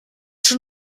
schon